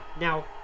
Now